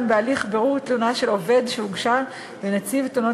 גם בהליך בירור תלונה של עובד שהוגשה לנציב תלונות